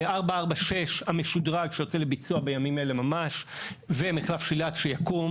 446 המשודרג שיוצא לביצוע בימים אלה ממש ומחלף שילת שיקום